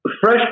Fresh